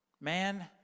Man